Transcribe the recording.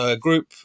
group